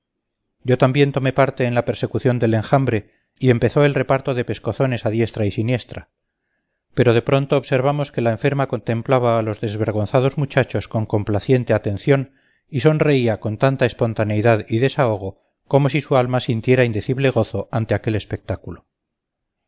yo también tomé parte en la persecución del enjambre y empezó el reparto de pescozones a diestra y siniestra pero de pronto observamos que la enferma contemplaba a los desvergonzados muchachos con complaciente atención y sonreía con tanta espontaneidad y desahogo como si su alma sintiera indecible gozo ante aquel espectáculo